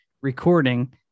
recording